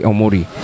Omori